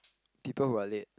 people who are late